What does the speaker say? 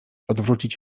odwrócić